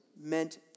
meant